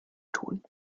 tun